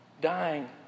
dying